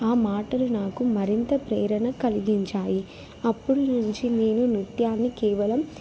ఆ మాటలు నాకు మరింత ప్రేరణ కలిగించాయి అప్పుటి నుంచి నేను నృత్యాన్ని కేవలం